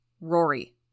Rory